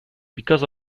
because